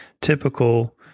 typical